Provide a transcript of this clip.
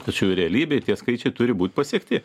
tačiau ir realybėj tie skaičiai turi būt pasiekti